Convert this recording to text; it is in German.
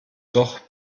doch